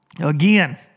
again